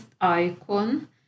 icon